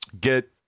get